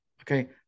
Okay